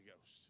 Ghost